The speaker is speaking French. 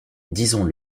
disons